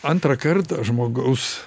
antrą kartą žmogaus